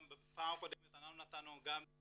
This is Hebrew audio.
גם בפעם קודמת נתנו התייחסות,